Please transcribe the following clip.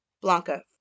Blanca